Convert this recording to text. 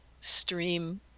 stream